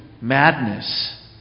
Madness